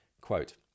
Quote